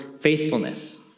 faithfulness